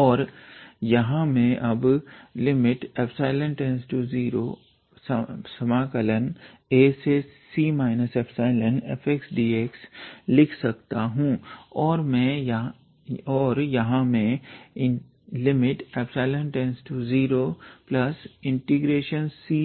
और यहां मैं अब ∈→0ac ∈fxdx लिख सकता हूं और यहां मैं ∈→0c∈bfxdx